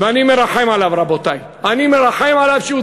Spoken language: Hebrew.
ואני מרחם עליו, רבותי.